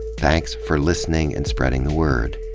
thanks for listening and spreading the word.